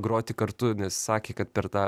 groti kartu nes sakė kad per tą